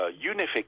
unification